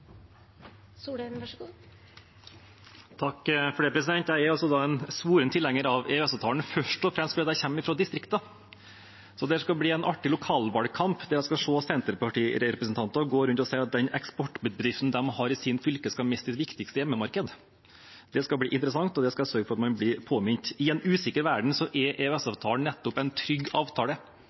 en svoren tilhenger av EØS-avtalen først og fremst fordi jeg kommer fra distriktet. Det skal bli artig i lokalvalgkampen å se senterpartirepresentanter gå rundt og si at den eksportbedriften de har i sitt fylke, skal miste sitt viktigste hjemmemarked. Det skal bli interessant, og det skal jeg sørge for at man blir påminnet om. I en usikker verden er EØS-avtalen nettopp en trygg avtale.